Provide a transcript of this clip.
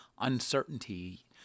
uncertainty